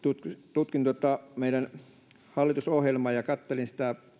tutkin tuota meidän hallitusohjelmaa ja ja katselin